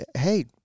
Hey